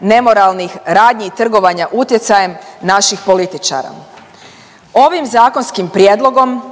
nemoralnih radnji i trgovanja utjecajem naših političara. Ovim zakonskim prijedlogom